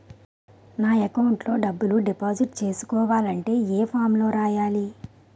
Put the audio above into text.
నా అకౌంట్ లో డబ్బులు డిపాజిట్ చేసుకోవాలంటే ఏ ఫామ్ లో రాయాలి?